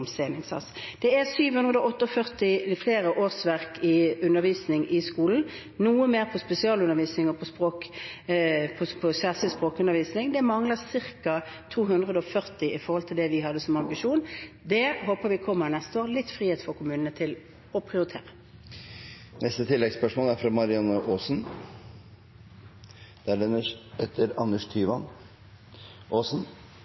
flere årsverk til undervisning i skolen, noe mer til spesialundervisning og spesielt til språkundervisning. Det mangler ca. 240 årsverk i forhold til det vi hadde som ambisjon. Det håper vi kommer neste år – litt frihet for kommunene til å prioritere. Marianne Aasen – til oppfølgingsspørsmål. Statsministerens forklaring på hvorfor lærertettheten har blitt dårligere, er